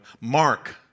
mark